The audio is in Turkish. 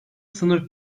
sınır